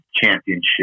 championship